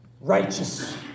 Righteous